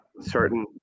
certain